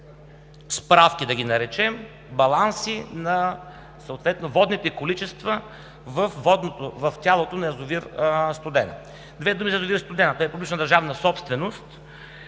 справки, балансите съответно на водните количества в тялото на язовир „Студена“. Две думи за язовир „Студена“. Той е публична държавна собственост